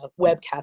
webcast